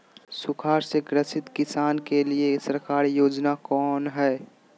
सुखाड़ से ग्रसित किसान के लिए सरकारी योजना कौन हय?